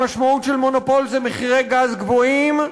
המשמעות של מונופול היא מחירי גז גבוהים,